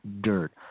dirt